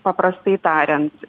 paprastai tariant